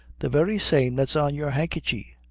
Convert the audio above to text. the very same that's on your handkerchy,